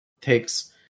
takes